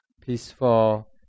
peaceful